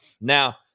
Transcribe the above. Now